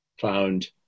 found